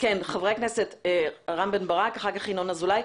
חבר הכנסת רם בן ברק ואחריו חבר הכנסת ינון אזולאי.